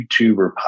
YouTuber